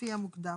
לפי המוקדם.